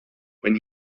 when